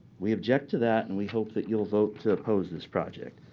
we object to that and we hope that you'll vote to oppose this project.